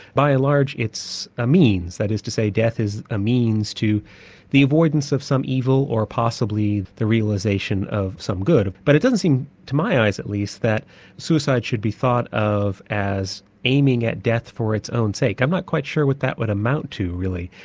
by and large it's a means, that is to say, death is a means to the avoidance of some evil or possibly the realisation of some good. but it doesn't seem to my eyes at least, that suicide should be thought of as aiming at death for its own sake. i'm not quite sure what that would amount to really,